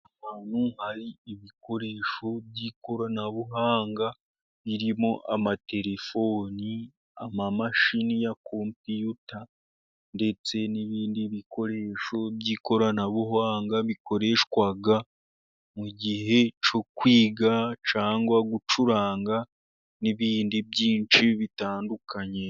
Ahantu hari ibikoresho by'ikoranabuhanga， birimo amaterefoni，amamashini ya kompiyuta，ndetse n'ibindi bikoresho by'ikoranabuhanga， bikoreshwa mu gihe cyo kwiga cyangwa， gucuranga n'ibindi byinshi bitandukanye.